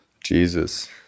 Jesus